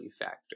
factor